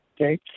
okay